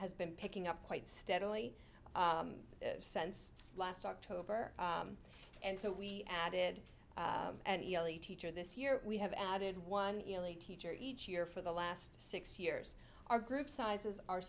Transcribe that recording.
has been picking up quite steadily the sense last october and so we added the teacher this year we have added one teacher each year for the last six years our group sizes are